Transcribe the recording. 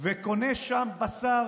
וקונה שם בשר